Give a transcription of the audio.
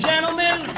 Gentlemen